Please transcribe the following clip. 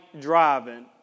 driving